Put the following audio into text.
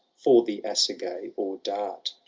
for the assagay or dart.